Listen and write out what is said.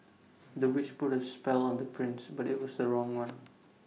the witch put A spell on the prince but IT was the wrong one